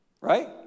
Right